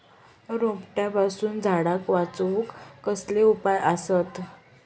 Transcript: रोट्यापासून झाडाक वाचौक कसले उपाय आसत?